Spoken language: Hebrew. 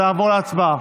אז נעבור להצבעה.